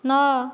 ନଅ